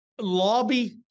lobby